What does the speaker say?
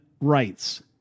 rights